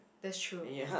that's true